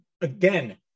Again